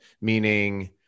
meaning